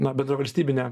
na bendravalstybinė